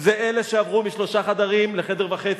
היא אלה שעברו משלושה חדרים לחדר וחצי,